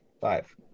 five